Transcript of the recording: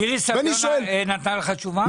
מירי סביון נתנה לך תשובה?